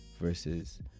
versus